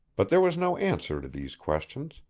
but there was no answer to these questions,